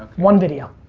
one video.